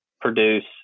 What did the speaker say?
produce